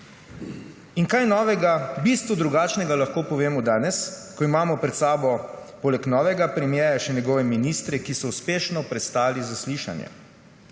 Kaj novega, v bistvu drugačnega lahko povemo danes, ko imamo pred sabo poleg novega premierja še njegove ministre, ki so uspešno prestali zaslišanje?